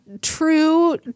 true